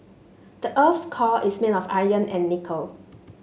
the earth's core is made of iron and nickel